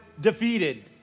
defeated